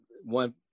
one